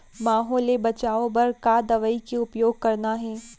माहो ले बचाओ बर का दवई के उपयोग करना हे?